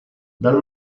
dal